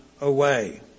away